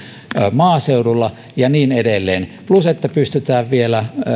maaseudulla ja niin edelleen plus se että pystytään vielä